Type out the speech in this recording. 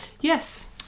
yes